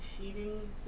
cheating